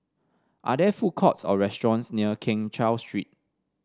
are there food courts or restaurants near Keng Cheow Street